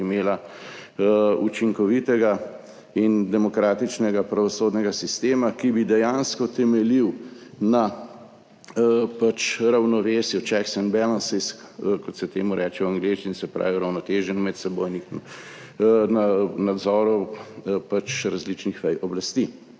imela učinkovitega in demokratičnega pravosodnega sistema, ki bi dejansko temeljil na ravnovesju, checks and balances, kot se temu reče v angleščini, se pravi uravnoteženju medsebojnih nadzorov različnih vej oblasti.